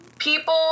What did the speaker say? People